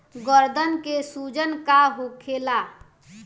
गदन के सूजन का होला?